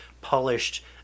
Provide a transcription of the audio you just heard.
polished